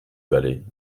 valley